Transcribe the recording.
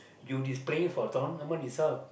you displaying for tournament itself